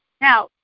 Now